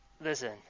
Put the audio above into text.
listen